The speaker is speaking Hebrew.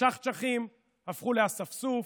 הצ'חצ'חים הפכו לאספסוף,